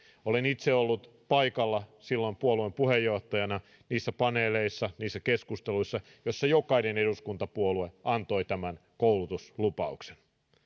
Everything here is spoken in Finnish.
olen itse ollut paikalla silloin puolueen puheenjohtajana niissä paneeleissa ja niissä keskusteluissa joissa jokainen eduskuntapuolue antoi tämän koulutuslupauksen